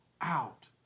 out